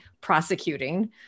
prosecuting